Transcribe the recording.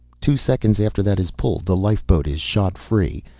two seconds after that is pulled the lifeboat is shot free.